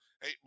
hey